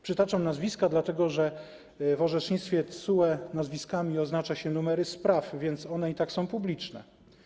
Przytaczam nazwiska dlatego, że w orzecznictwie TSUE nazwiskami oznacza się numery spraw, więc one i tak są publiczne.